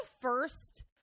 first